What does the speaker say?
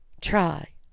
Try